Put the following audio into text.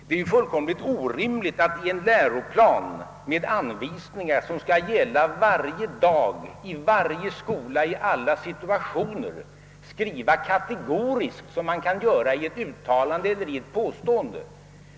Det vore fullkomligt orimligt att i en läroplan med anvisningar som skall gälla dagligen, i varje skola, i alla situationer, uttrycka sig kategoriskt, såsom man kan göra i ett uttalande eller i ett påstående.